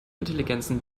intelligenzen